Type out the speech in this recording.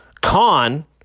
Con